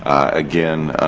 again,